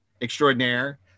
extraordinaire